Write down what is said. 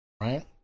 right